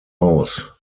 aus